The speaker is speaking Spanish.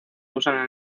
usan